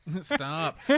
Stop